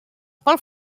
pel